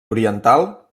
oriental